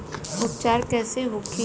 उपचार कईसे होखे?